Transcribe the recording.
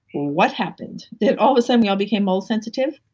what happened? did all of a sudden we all became mold sensitive?